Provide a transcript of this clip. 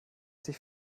sich